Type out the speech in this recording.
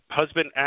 husband